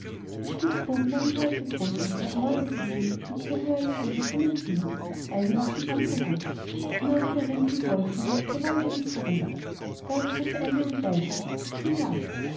die spitzbuben nahmen die alte großmutter ermordeten sie und zogen ihr alle ringe von den fingern eine nach dem andern ab nur aber der ring vom goldfinger der wollte nicht herunter da griff einer ein beil und hieb den finger ab